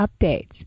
updates